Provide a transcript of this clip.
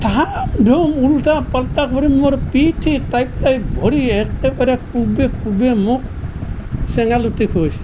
ধাম ধুম ওল্টাক পাল্টাক কৰি মোৰ পিঠিত ঠাই ঠাই ভৰিত একেবাৰে কোবাই কোবাই মোক চেঙালুটি খুৱাইছে